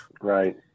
right